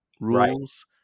rules